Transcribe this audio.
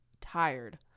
tired